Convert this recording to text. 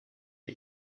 for